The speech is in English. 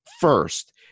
first